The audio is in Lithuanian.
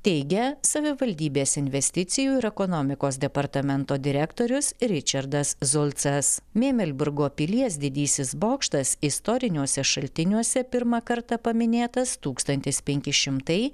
teigia savivaldybės investicijų ir ekonomikos departamento direktorius ričardas zulcas mėmelburgo pilies didysis bokštas istoriniuose šaltiniuose pirmą kartą paminėtas tūkstantis penki šimtai